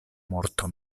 morto